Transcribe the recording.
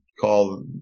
call